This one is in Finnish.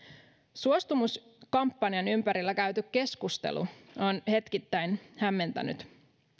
suostumus kampanjan ympärillä käyty keskustelu on hetkittäin hämmentänyt